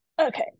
Okay